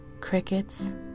crickets